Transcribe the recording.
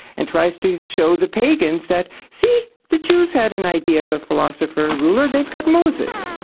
and tries to show the pagans that, see, the jews had an idea of a philosopher-ruler they've got moses.